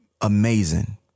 amazing